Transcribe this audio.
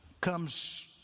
comes